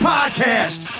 Podcast